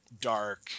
dark